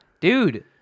dude